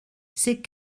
ses